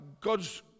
God's